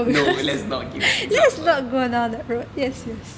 no let's not give an example